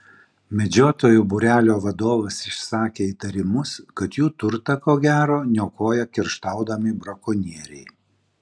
medžiotojų būrelio vadovas išsakė įtarimus kad jų turtą ko gero niokoja kerštaudami brakonieriai